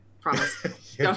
Promise